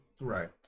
right